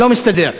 לא מסתדר.